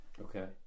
Okay